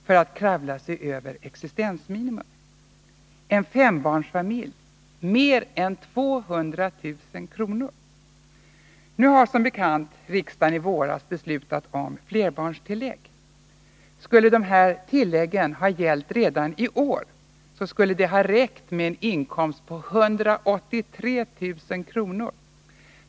för att kravla sig över existensminimum, en fembarnsfamilj mer än 200 000 kr. Nu har som bekant riksdagen i våras beslutat om flerbarnstillägg. Skulle de tilläggen ha gällt redan i år skulle det ha ”räckt” med en inkomst på 183 000 kr.